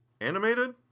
animated